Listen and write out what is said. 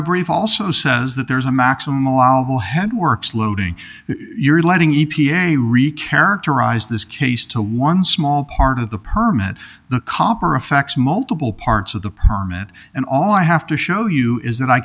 brief also says that there's a maximum allowable head works loading you're letting e p a recapture to rise this case to one small part of the permit the copper affects multiple parts of the permit and all i have to show you is that i